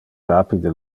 rapide